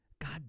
God